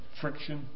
Friction